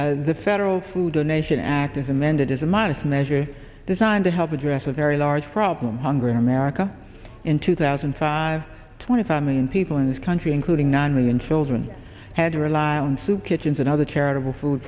twenty the federal food donation act is amended is a modest measure designed to help address a very large problem hunger in america in two thousand and twenty five million people in this country including nine million children had to rely on soup kitchens and other charitable food